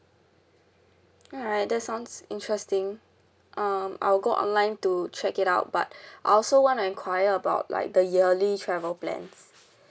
alright that sounds interesting um I'll go online to check it out but I also want to enquire about like the yearly travel plans